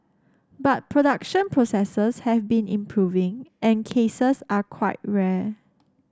but production processes have been improving and cases are quite rare